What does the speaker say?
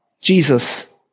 Jesus